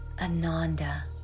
Ananda